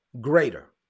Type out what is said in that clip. greater